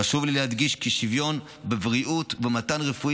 חשוב לי להדגיש כי שוויון בבריאות ובמתן רפואה